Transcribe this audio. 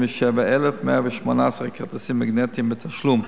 177,118 כרטיסים מגנטיים בתשלום.